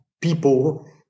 people